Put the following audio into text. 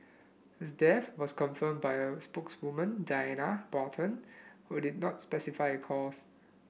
his death was confirmed by a spokeswoman Diana Baron who did not specify a cause